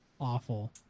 awful